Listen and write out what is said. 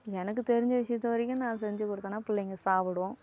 எனக்கு தெரிஞ்ச விஷயத்த வரைக்கும் நான் செஞ்சு கொடுத்தேனா பிள்ளைங்க சாப்பிடும்